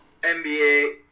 NBA